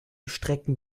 strecken